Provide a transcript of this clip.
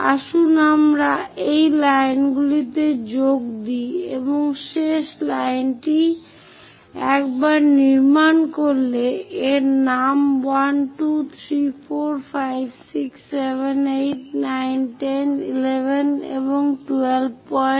আসুন আমরা এই লাইনগুলোতে যোগ দেই এবং শেষ লাইনটি একবার নির্মাণ করলে এর নাম 1 2 3 4 5 6 7 8 9 10 11 এবং 12 পয়েন্ট